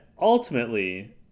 ultimately